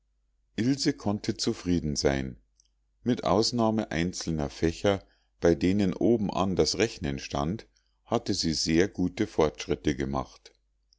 ilse konnte zufrieden sein mit ausnahme einzelner fächer bei denen obenan das rechnen stand hatte sie sehr gute fortschritte gemacht